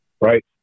right